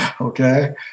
Okay